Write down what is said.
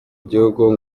igihugu